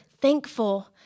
thankful